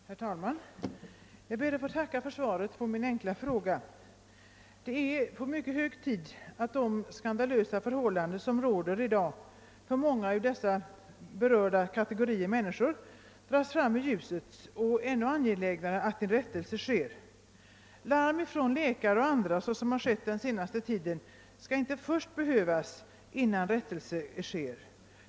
Herr talman! Jag ber att få tacka för svaret på min enkla fråga. Det är verkligen på tiden att de skan dalösa förhållanden som i dag råder för många människor i berörda kategorier dras fram i ljuset, men ännu angelägnare är det att en rättelse sker. Larm från läkare och andra — vilket har förekommit den senaste tiden — skall inte först behövas.